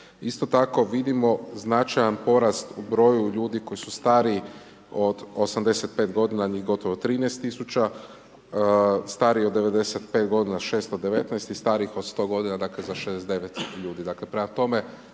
Isto tako vidimo značajan porast u broju ljudi koji su stariji od 85 godina, njih gotovo 13 000, stariji od 95 godina, 619 i starih od 100 godina, dakle, za 69 ljudi.